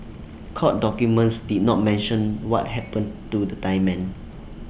court documents did not mention what happened to the Thai men